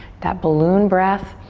that balloon breath.